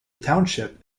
township